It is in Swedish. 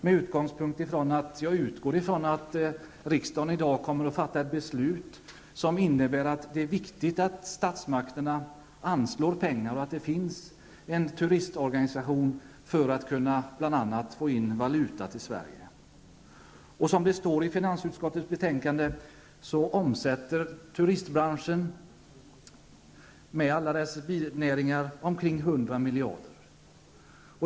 Jag utgår nämligen ifrån att riksdagen i dag kommer att fatta ett beslut där det sägs att det är viktigt att statsmakterna anslår pengar och att det finns en turistorganisation, bl.a. för att kunna få in valuta till Sverige. Som det står i finansutskottets betänkande, omsätter turistbranschen med alla dess binäringar omkring 100 miljarder kronor.